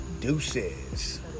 Deuces